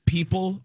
People